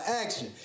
Action